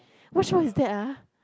what show is that ah